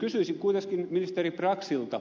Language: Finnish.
kysyisin kuitenkin ministeri braxilta